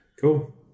Cool